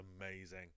amazing